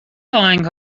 آهنگ